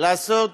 לעשות